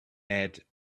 add